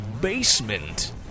basement